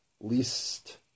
least